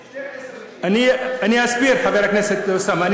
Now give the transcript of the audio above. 12. אני אסביר, חבר הכנסת אוסאמה.